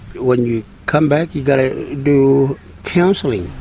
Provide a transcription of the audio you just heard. when you come back you've got to do counselling.